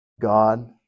God